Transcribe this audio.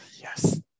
yes